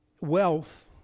wealth